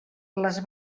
les